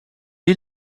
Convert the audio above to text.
est